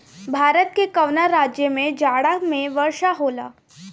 भारत के कवना राज्य में जाड़ा में वर्षा होला?